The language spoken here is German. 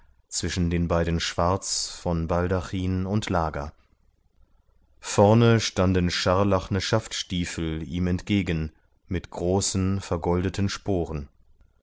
zwischen den beiden schwarz von baldachin und lager vorne standen scharlachne schaftstiefel ihm entgegen mit großen vergoldeten sporen